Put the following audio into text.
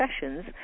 sessions